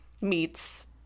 meets